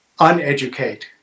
uneducate